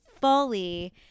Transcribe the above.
fully